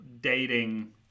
dating